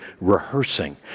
rehearsing